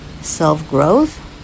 self-growth